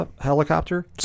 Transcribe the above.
helicopter